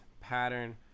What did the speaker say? pattern